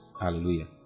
Hallelujah